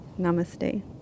Namaste